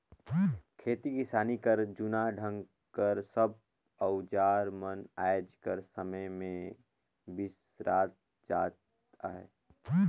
खेती किसानी कर जूना ढंग कर सब अउजार मन आएज कर समे मे बिसरात जात अहे